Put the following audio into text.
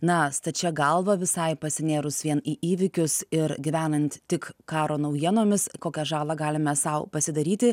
na stačia galva visai pasinėrus vien į įvykius ir gyvenant tik karo naujienomis kokią žalą galime sau pasidaryti